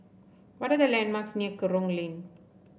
what are the landmarks near Kerong Lane